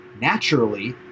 naturally